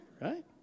right